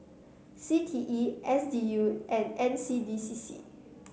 C T E S D U and N C D C C